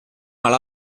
mal